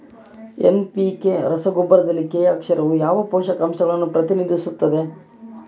NPK ರಸಗೊಬ್ಬರದಲ್ಲಿ K ಅಕ್ಷರವು ಯಾವ ಪೋಷಕಾಂಶವನ್ನು ಪ್ರತಿನಿಧಿಸುತ್ತದೆ?